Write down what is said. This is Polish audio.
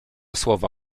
słowa